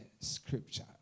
scripture